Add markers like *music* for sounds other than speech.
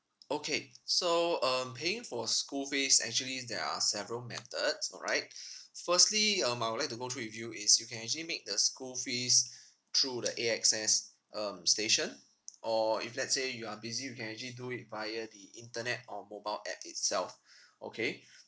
okay so um paying for school fees actually there are several methods alright *breath* firstly um I would like to go through with you is you can actually make the school fees through the A_X_S um station or if let's say you are busy you can actually do it via the internet or mobile app itself *breath* okay *breath*